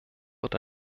wird